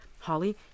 Holly